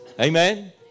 Amen